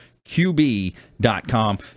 qb.com